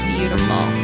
Beautiful